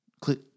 click